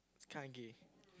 it's kinda gay